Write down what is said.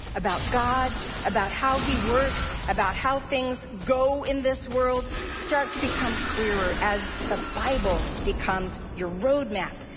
about god, about how he works, about how things go in this world, start to become clearer as the bible becomes your roadmap,